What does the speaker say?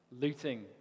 looting